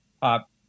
pop